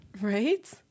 Right